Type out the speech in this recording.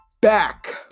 back